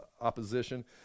opposition